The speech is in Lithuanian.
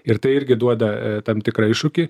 ir tai irgi duoda a tam tikrą iššūkį